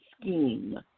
scheme